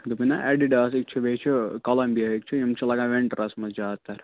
دوٚپمے نَہ ایڈِڈاسٕکۍ چھِ بیٚیہِ چھِ کولمبِیاہٕکۍ چھِ یِم چھِ لگان وِنٹرس منٛز زیادِ تر